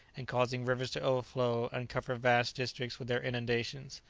and causing rivers to overflow and cover vast districts with their inundations.